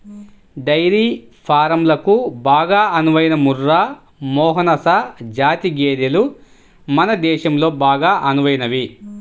dairy ఫారంలకు బాగా అనువైన ముర్రా, మెహసనా జాతి గేదెలు మన దేశంలో బాగా అనువైనవి